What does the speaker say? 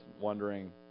wondering